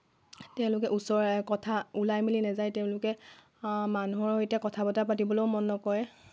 তেওঁলোকে ওচৰৰ কথা ওলাই মেলি নাযায় তেওঁলোকে মানুহৰ সৈতে কথা বতৰা পাতিবলৈও মন নকৰে